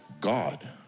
God